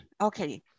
Okay